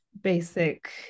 basic